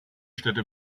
städte